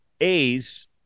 A's